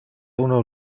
uno